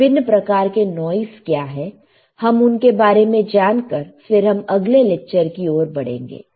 विभिन्न प्रकार के नॉइस क्या है हम उनके बारे में जानकर फिर हम अगले लेक्चर की ओर बढ़ेंगे